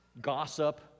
gossip